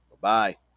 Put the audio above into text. Bye-bye